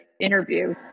interview